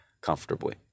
comfortably